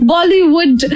Bollywood